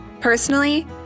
Personally